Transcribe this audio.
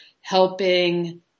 helping